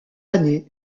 année